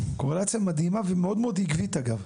קורלציה מדהימה ומאוד עקבית, אגב.